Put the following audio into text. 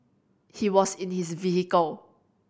he was in his vehicle